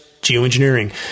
geoengineering